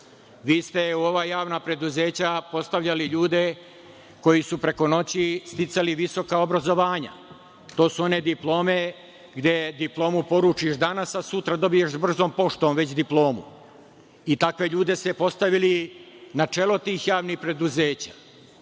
Vi ste u ova javna preduzeća postavljali ljude koji su preko noći sticali visoka obrazovanja. To su one diplome gde diplomu poručiš danas, a sutra dobiješ brzom poštom već diplomu i takve ljude ste postavili na čelo tih javnih preduzeća